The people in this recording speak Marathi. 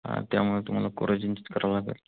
हा त्यामुळे तुम्हाला कोरायजनच करावं लागेल